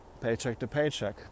paycheck-to-paycheck